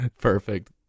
Perfect